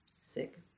Sick